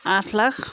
আঠ লাখ